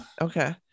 okay